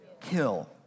Kill